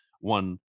one